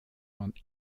man